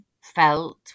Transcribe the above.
felt